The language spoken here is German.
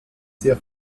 sehr